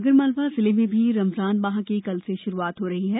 आगरमालवा जिले में भी रमजान माह की कल से शुरूआत हो रही है